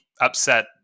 upset